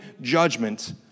judgment